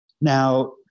Now